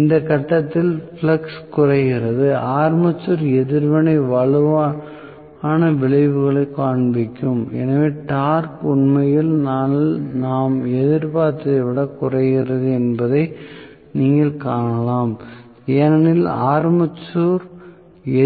இந்த கட்டத்தில் ஃப்ளக்ஸ் குறைகிறது ஆர்மேச்சர் எதிர்வினை வலுவான விளைவுகளைக் காண்பிக்கும் எனவே டார்க் உண்மையில் நாம் எதிர்பார்த்ததை விடக் குறைகிறது என்பதை நீங்கள் காணலாம் ஏனெனில் ஆர்மேச்சர்